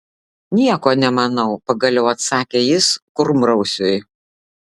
nieko nemanau pagaliau atsakė jis kurmrausiui